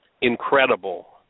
incredible